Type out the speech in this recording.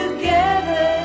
Together